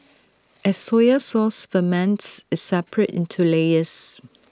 as soy sauce ferments IT separates into layers